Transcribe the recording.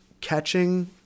catching